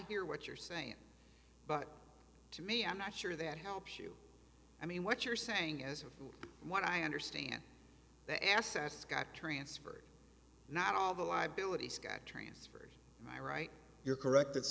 care what you're saying but to me i'm not sure that helps you i mean what you're saying is what i understand the assets got transferred not all the liabilities got transferred my right you're correct it's